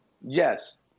Yes